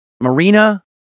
Marina